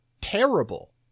terrible